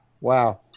Wow